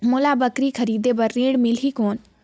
मोला बकरी खरीदे बार ऋण मिलही कौन?